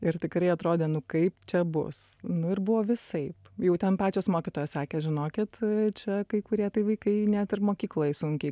ir tikrai atrodė nu kaip čia bus nu ir buvo visaip jau ten pačios mokytojos sakė žinokit čia kai kurie tai vaikai net ir mokykloj sunkiai